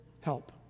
help